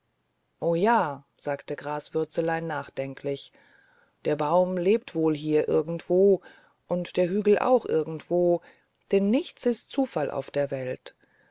o ja sagte graswürzelein nachdenklich der baum lebt wohl hier irgendwo und der hügel auch irgendwo denn nichts ist zufall auf der welt